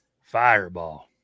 Fireball